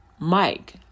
Mike